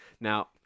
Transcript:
Now